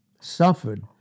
suffered